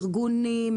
הארגונים,